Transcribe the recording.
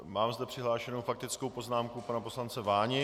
Mám zde přihlášenou faktickou poznámku pana poslance Váni.